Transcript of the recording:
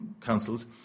councils